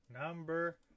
Number